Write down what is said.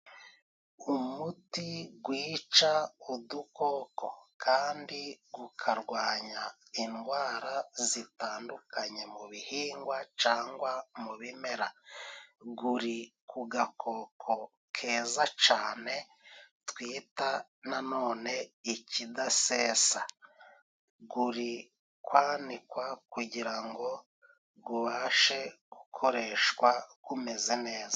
Umuti gwica udukoko kandi gukarwanya indwara zitandukanye mu bihingwa cangwa mu bimera guri ku gakoko keza cane twita nanone ikidasesa guri kwanikwa kugira ngo gubashe gukoreshwa gumeze neza.